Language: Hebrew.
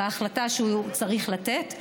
על ההחלטה שהוא צריך לתת,